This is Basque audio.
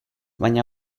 baina